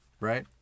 right